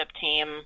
team